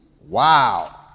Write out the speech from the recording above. Wow